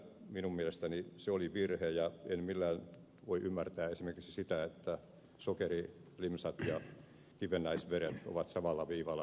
minun mielestäni se oli virhe ja en millään voi ymmärtää esimerkiksi sitä että sokerilimsat ja kivennäisvedet ovat samalla viivalla verotuksellisesti